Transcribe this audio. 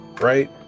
right